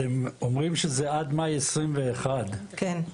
אתם אומרים שזה עד מאי 21. כן.